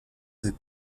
ses